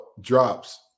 drops